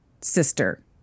sister